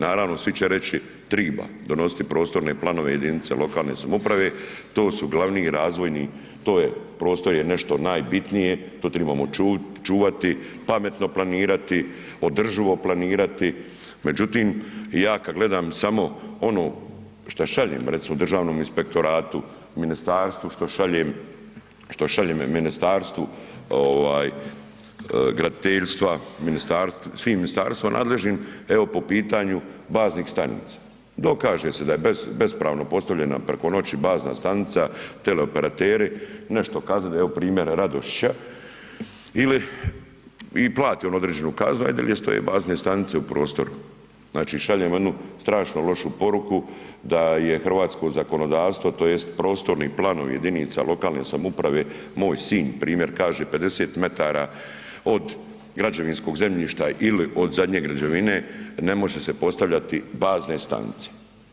Naravno svi će reći triba, donositi prostorne planove jedinice lokalne samouprave to su glavni razvojni, to je prostor je nešto najbitnije, to tribamo čuvati, pametno planirati, održivo planirati, međutim ja kada gledam samo ono što šaljem recimo Državnom inspektoratu, ministarstvu šaljem, što šaljem ministarstvu ovaj graditeljstva, svim ministarstvima nadležnim, evo po pitanju baznih stanica, dokaže se da je bespravno postavljena preko noći bazna stanica, teleoperateri nešto kazat, evo primjer Radošića ili, i plati on određenu kaznu … [[Govornik se ne razumije]] di stoje bazne stanice u prostoru, znači šaljemo jednu strašno lošu poruku da je hrvatsko zakonodavstvo tj. prostorni planovi jedinica lokalne samouprave moj sin primjer kaže 50 metara od građevinskog zemljišta ili od zadnje građevine ne može se postavljati bazne stanice.